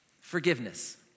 forgiveness